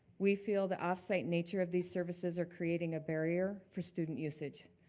we feel the offsite nature of these services are creating a barrier for student usage.